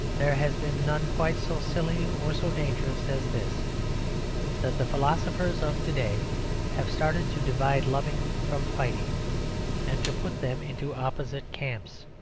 there has been none quite so silly or so dangerous as this that the philosophers of to-day have started to divide loving from fighting and to put them into opposite camps.